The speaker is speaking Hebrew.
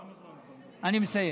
כמה זמן אתה, אני מסיים.